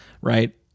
Right